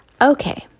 Okay